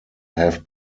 have